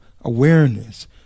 awareness